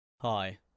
Hi